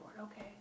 okay